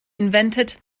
invented